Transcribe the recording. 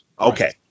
Okay